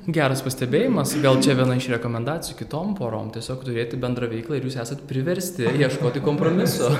geras pastebėjimas gal čia viena iš rekomendacijų kitom porom tiesiog turėti bendrą veiklą ir jūs esat priversti ieškoti kompromiso